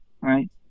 right